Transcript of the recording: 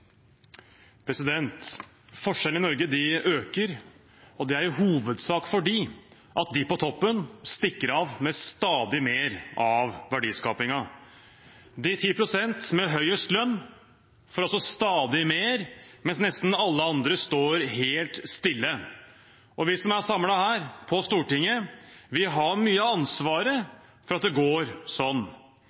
dette. Forskjellene i Norge øker, og det er i hovedsak fordi de på toppen stikker av med stadig mer av verdiskapingen. De ti prosentene med høyest lønn får stadig mer, mens nesten alle andre står helt stille. Vi som er samlet her på Stortinget, har mye av ansvaret for at det går